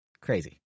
Crazy